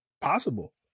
possible